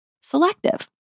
selective